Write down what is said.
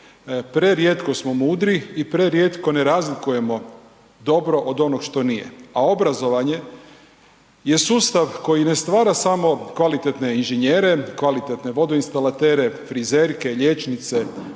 Prerijetko smo mudri i prerijetko ne razlikujemo dobro od onog što nije, a obrazovanje jer sustav koji ne stvara samo kvalitetne inženjere, kvalitetne vodoinstalatere, frizerke, liječnice,